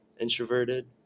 introverted